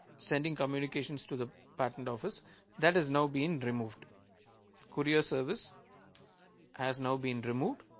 sending communications to the patent office that is now been removed courier service has now been removed.